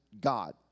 God